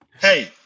Hey